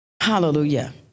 Hallelujah